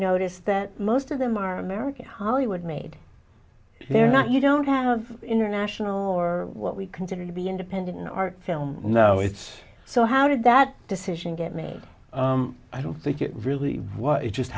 noticed that most of them are american hollywood made they're not you don't have international or what we consider to be independent art films now it's so how did that decision get made i don't think it really was it just